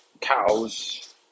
cows